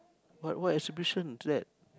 what what exhibition is that